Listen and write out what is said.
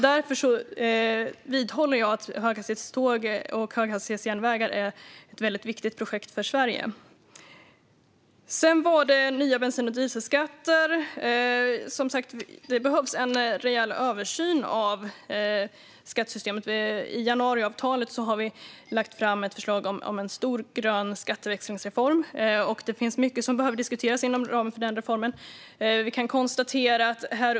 Därför vidhåller jag att höghastighetståg och höghastighetsjärnväg är ett viktigt projekt för Sverige. När det gäller nya bensin och dieselskatter behövs det som sagt en rejäl översyn av skattesystemet. I januariavtalet har vi lagt fram ett förslag om en stor grön skatteväxlingsreform. Det finns mycket som behöver diskuteras inom ramen för den reformen.